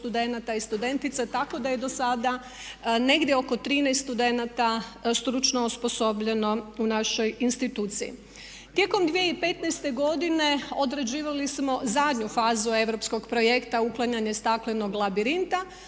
studenata i studentica tako da je dosada negdje oko 13 studenata stručno osposobljeno u našoj instituciji. Tijekom 2015. godine odrađivali smo zadnju fazu europskog projekta „Uklanjanje staklenog labirinta“,